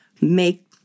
make